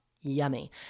Yummy